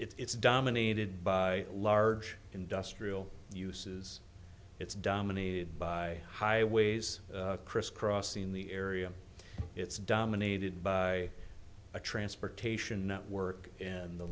a it's dominated by large industrial uses it's dominated by highways crisscrossing the area it's dominated by a transportation network and the